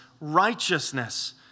righteousness